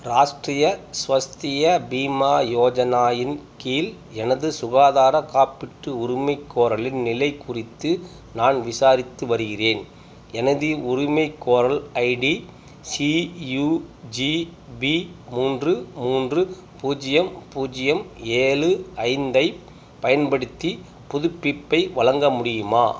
ராஷ்ட்ரிய ஸ்வஸ்திய பீமா யோஜனாயின் கீழ் எனது சுகாதார காப்பீட்டு உரிமைகோரலின் நிலை குறித்து நான் விசாரித்து வருகிறேன் எனது உரிமைகோரல் ஐடி சியுஜிபி மூன்று மூன்று பூஜ்ஜியம் பூஜ்ஜியம் ஏழு ஐந்தை பயன்படுத்தி புதுப்பிப்பை வழங்க முடியுமா